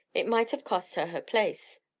it might have cost her her place.